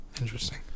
Interesting